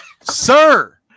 Sir